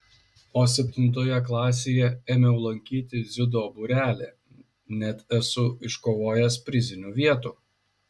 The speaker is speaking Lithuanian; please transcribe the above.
o septintoje klasėje ėmiau lankyti dziudo būrelį net esu iškovojęs prizinių vietų